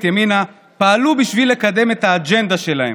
ימינה פעלו בשביל לקדם את האג'נדה שלהם,